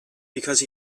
because